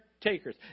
takers